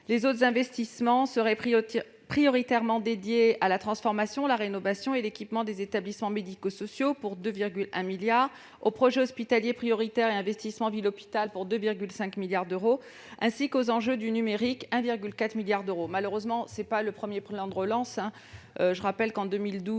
Les autres investissements seront prioritairement dédiés à la transformation, à la rénovation et à l'équipement des établissements médico-sociaux, pour 2,1 milliards d'euros, aux projets hospitaliers prioritaires et investissements ville-hôpital, à hauteur de 2,5 milliards d'euros, ainsi qu'aux enjeux sur le numérique, pour 1,4 milliard d'euros. Il ne s'agit malheureusement pas du premier plan de relance. Je vous rappelle qu'en 2012,